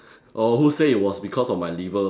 oh who say it was because of my liver